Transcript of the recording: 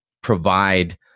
provide